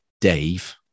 Dave